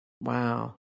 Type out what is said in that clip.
wow